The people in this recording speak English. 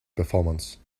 performance